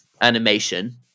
animation